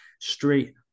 straight